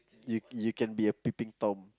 you you can be a peeping tom